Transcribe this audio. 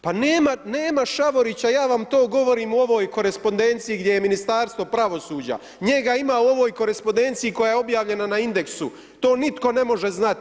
Pa nema Šavorića, ja vam to govorim u ovoj korespondenciji, gdje je Ministarstvo pravosuđa, njega ima u ovoj korespondenciji koje je obavljena na Indeksu, to nitko ne može znati.